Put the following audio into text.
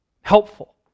Helpful